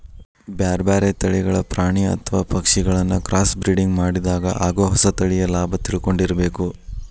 ಬ್ಯಾರ್ಬ್ಯಾರೇ ತಳಿಗಳ ಪ್ರಾಣಿ ಅತ್ವ ಪಕ್ಷಿಗಳಿನ್ನ ಕ್ರಾಸ್ಬ್ರಿಡಿಂಗ್ ಮಾಡಿದಾಗ ಆಗೋ ಹೊಸ ತಳಿಯ ಲಾಭ ತಿಳ್ಕೊಂಡಿರಬೇಕು